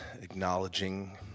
acknowledging